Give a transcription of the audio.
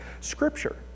scripture